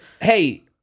hey